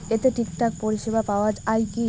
এতে ঠিকঠাক পরিষেবা পাওয়া য়ায় কি?